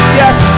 yes